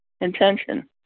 intention